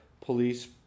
Police